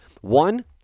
One